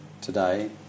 today